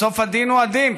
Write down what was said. בסוף הדין הוא הדין.